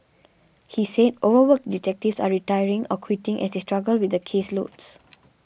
he said overworked detectives are retiring or quitting as they struggle with the caseloads